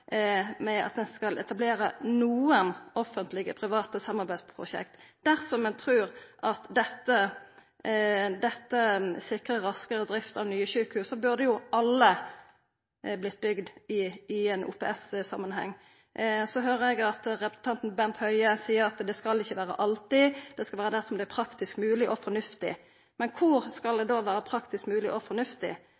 forstå at ein kan fremma eit forslag om at ein skal etablera «noen» offentleg–private samarbeidsprosjekt. Dersom ein trur at dette sikrar raskare realisering av nye sjukehus, burde alle vert bygde i OPS-samanheng. Eg høyrer at representanten Bent Høie seier at dette skal ikkje alltid gjelda, men der det er praktisk mogleg og fornuftig. Men kor er det